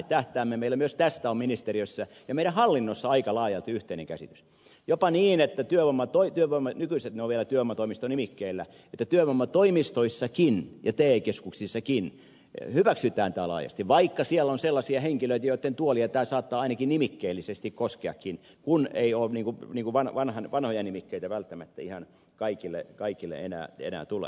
meillä myös tästä on ministeriössä ja meidän hallinnossamme aika laajalti yhteinen käsitys jopa niin että nykyisissä työvoimatoimistoissakin ne ovat vielä työvoimatoimisto nimikkeellä ja te keskuksissakin hyväksytään tämä laajasti vaikka siellä on sellaisia henkilöitä joitten tuoleja tämä saattaa ainakin nimikkeellisesti koskeakin kun ei oo niinku niuvan vanhan vanhoja nimikkeitä välttämättä ihan kaikille ei enää tule